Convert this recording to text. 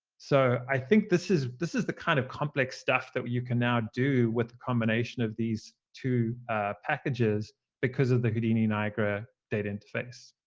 so i think this is this is the kind of complex stuff that you can now do with the combination of these two packages because of the houdini niagara data interface.